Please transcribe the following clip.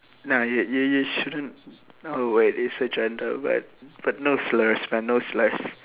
nah you you you shouldn't oh wait it's a gender but but no slurs man no slurs